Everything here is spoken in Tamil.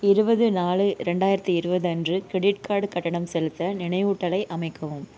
இருபது நாலு ரெண்டாயிரத்து இருபது அன்று க்ரெடிட் கார்டு கட்டணம் செலுத்த நினைவூட்டலை அமைக்கவும்